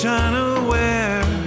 unaware